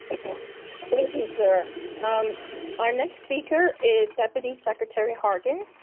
and and you, sir. and um our next speaker is deputy secretary hargan.